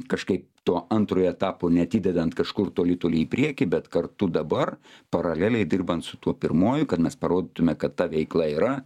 kažkaip to antrojo etapo neatidedant kažkur toli toli į priekį bet kartu dabar paraleliai dirbant su tuo pirmuoju kad mes parodytume kad ta veikla yra